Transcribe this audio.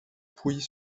pouilly